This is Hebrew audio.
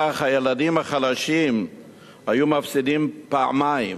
למעשה, כך הילדים החלשים היו מפסידים פעמיים: